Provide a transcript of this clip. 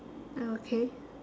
okay